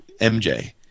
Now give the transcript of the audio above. MJ